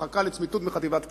הרחקה לצמיתות מחטיבת כפיר.